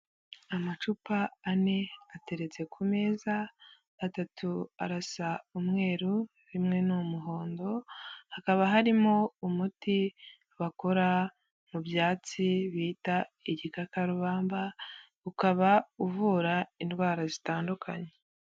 Amacupa ane ateretse ku meza, atatu arasa umweru, rimwe ni umuhondo, hakaba harimo umuti bakora mu byatsi bita igikakarubamba, ukaba uvura indwara zitandukanye.